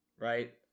Right